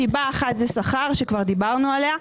הסיבה האחת זה שכר שכבר דיברנו עליו,